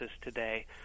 today